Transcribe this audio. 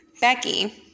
Becky